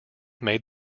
made